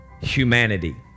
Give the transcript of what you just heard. Humanity